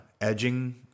edging